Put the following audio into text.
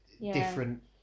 different